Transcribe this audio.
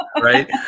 right